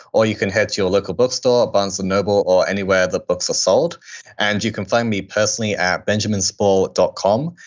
or you can head to your local bookstore, barnes and noble or anywhere that books are sold and you can find me personally at benjaminspall dot com,